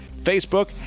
Facebook